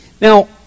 Now